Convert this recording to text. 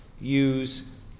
use